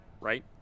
right